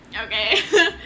Okay